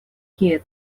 kie